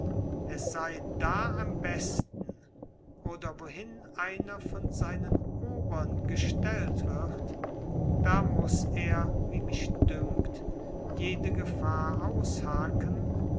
es sei da am besten oder wohin einer von seinen obern gestellt wird da muß er wie mich dünkt jede gefahr aushaken